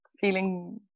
feeling